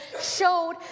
showed